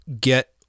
get